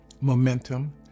momentum